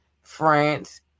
France